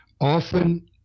often